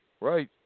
Right